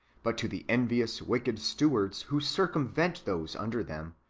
but to the envious wicked stewards, who circumvented those under them,